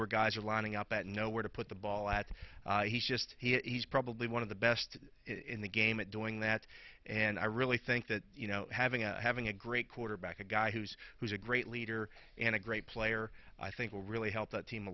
where guys are lining up at nowhere to put the ball at he's just he's probably one of the best in the game at doing that and i really think that you know having a having a great quarterback a guy who's who's a great leader and a great player i think will really help the team a